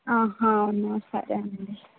ఆహా అవునా సరే ఆండి